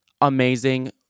amazing